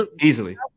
Easily